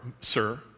sir